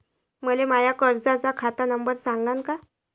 मले माया कर्जाचा खात नंबर सांगान का?